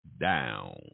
down